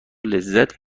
لذت